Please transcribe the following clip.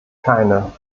keine